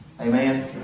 Amen